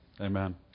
amen